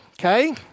Okay